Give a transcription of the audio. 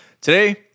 Today